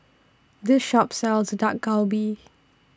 This Shop sells Dak Galbi